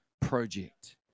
project